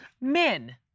men